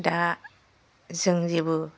दा जों जेबो